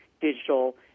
digital